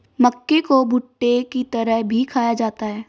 मक्के को भुट्टे की तरह भी खाया जाता है